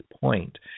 point